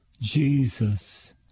Jesus